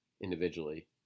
individually